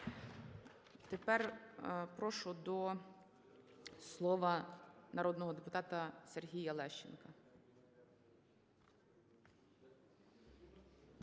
Тепер прошу до слова народного депутата Сергія Лещенка.